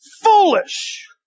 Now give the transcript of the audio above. foolish